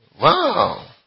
Wow